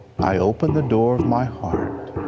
i open the door of my heart,